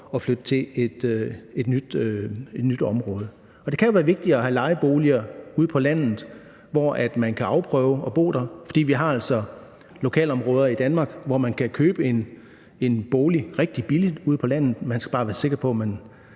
at flytte til et nyt område. Det kan jo være vigtigt at have lejeboliger på landet, så folk kan afprøve at bo der. Vi har altså lokalområder på landet i Danmark, hvor man kan købe en bolig rigtig billigt, men man kan bare ikke være sikker på,